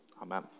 Amen